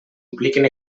impliquen